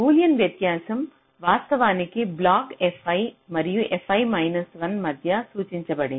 Boolean వ్యత్యాసం వాస్తవానికి block fi మరియు fi 1 మధ్య సూచించబడింది